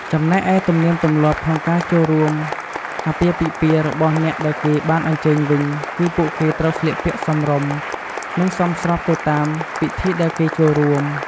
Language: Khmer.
ចំំណែកឯទំនៀមទម្លាប់ក្នុងការចូលរួមអាពាហ៍ពិពាហ៍របស់អ្នកដែលគេបានអញ្ជើញវិញ គឺពួកគេត្រូវស្លៀកពាក់សមរម្យ និងសមស្របទៅតាមពិធីដែលគេចូលរួម។